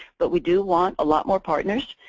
but we do want a lot more partners.